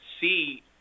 see